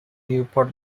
newport